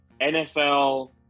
NFL